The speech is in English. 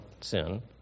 sin